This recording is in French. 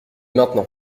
maintenant